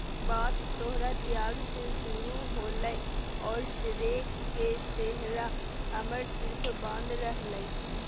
बात तोहर त्याग से शुरू होलय औरो श्रेय के सेहरा हमर सिर बांध रहलय